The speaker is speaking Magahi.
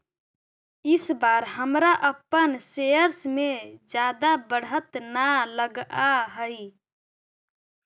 इस बार हमरा अपन शेयर्स में जादा बढ़त न लगअ हई